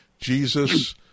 Jesus